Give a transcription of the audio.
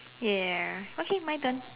ya okay my turn